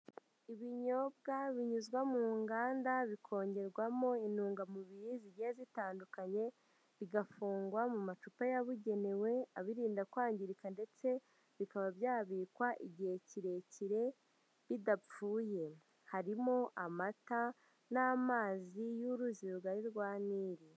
Ibinyobwa binyuzwa mu nganda bikongerwamo intungamubiri zigiye zitandukanye, bigafungwa mu macupa yabugenewe abirinda kwangirika ndetse bikaba byabikwa igihe kirekire bidapfuye. Harimo amata n'amazi y'uruzi rugari rwa Nili.